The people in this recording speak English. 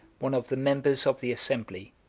one of the members of the assembly,